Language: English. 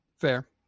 Fair